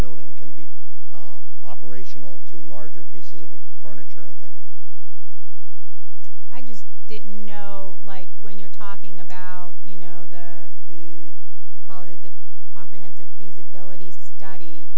building can be operational two larger pieces of furniture and things i just didn't know like when you're talking about you know we call it the comprehensive feasibility study